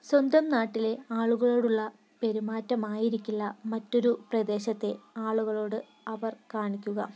സ്വന്തം നാട്ടിലെ ആളുകളോടുള്ള പെരുമാറ്റമായിരിക്കില്ല മറ്റൊരു പ്രദേശത്തെ ആളുകളോട് അവർ കാണിക്കുക